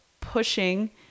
pushing